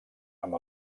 amb